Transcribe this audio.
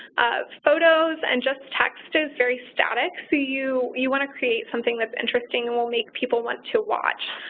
photos and just text is very static. so you you want to create something that's interesting and will make people want to watch.